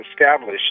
established